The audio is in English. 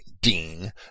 dean